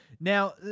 now